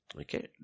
Okay